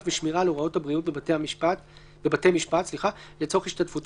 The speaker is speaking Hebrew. בבתי משפט